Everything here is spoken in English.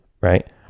right